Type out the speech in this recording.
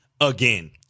again